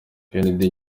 kennedy